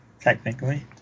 Technically